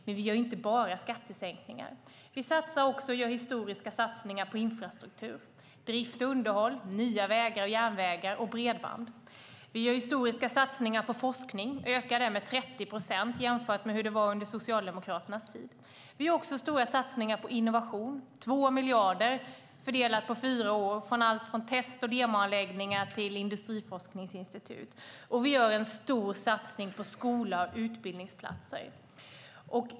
Men vi gör inte bara skattesänkningar. Vi gör historiska satsningar på infrastruktur, drift och underhåll, nya vägar och järnvägar samt bredband. Vi gör historiska satsningar på forskning och ökar den med 30 procent jämfört med hur det var under Socialdemokraternas tid. Vi gör också stora satsningar på innovation. Det är 2 miljarder fördelat på fyra år med allt från test av demoanläggningar till industriforskningsinstitut. Vi gör en stor satsning på skola och utbildningsplatser.